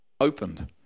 opened